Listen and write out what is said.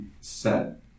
set